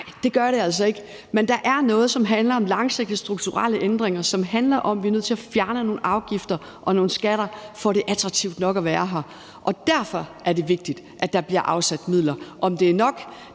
Nej, det gør det altså ikke. Men der er noget, som handler om langsigtede strukturelle ændringer, som handler om, at vi er nødt til at fjerne nogle afgifter og nogle skatter, for at det er attraktivt nok at være her. Og derfor er det vigtigt, at der bliver afsat midler. Om det er nok,